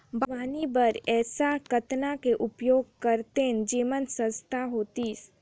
बागवानी बर ऐसा कतना के उपयोग करतेन जेमन सस्ता होतीस?